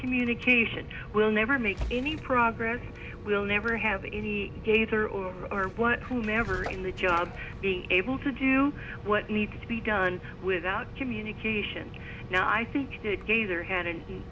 communication we'll never make any progress we'll never have any gater or or whomever in the job being able to do what needs to be done without communication now i think gays are han an